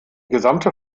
gesamte